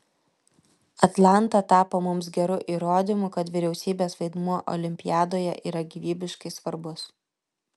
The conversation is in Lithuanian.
atlanta tapo mums geru įrodymu kad vyriausybės vaidmuo olimpiadoje yra gyvybiškai svarbus